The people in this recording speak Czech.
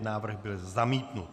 Návrh byl zamítnut.